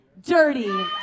Dirty